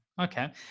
Okay